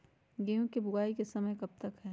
गेंहू की बुवाई का समय कब तक है?